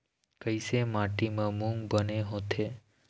कइसे माटी म मूंग बने होथे?